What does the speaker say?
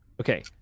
Okay